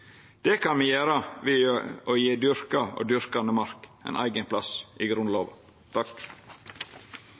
Det kan me gjera ved å gje dyrka og dyrkande mark ein eigen plass i